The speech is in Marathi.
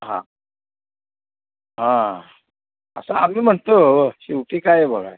हां हां असं आम्ही म्हणतो हो शिवटी काय बोला